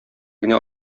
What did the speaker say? генә